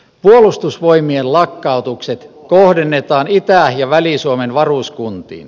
puolustusvoimien lakkautukset kohdennetaan itä ja väli suomen varuskuntiin